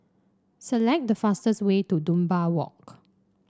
select the fastest way to Dunbar Walk